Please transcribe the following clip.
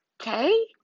Okay